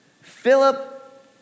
Philip